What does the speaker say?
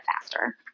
faster